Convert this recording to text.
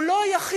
הוא לא יחיד.